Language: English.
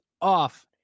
off